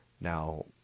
Now